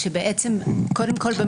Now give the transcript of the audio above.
קודם כול,